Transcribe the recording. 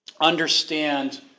Understand